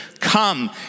come